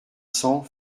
cents